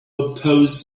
oppose